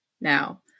now